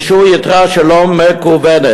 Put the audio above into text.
אישור יתרה שלא מקוון,